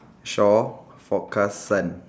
shore forecast sand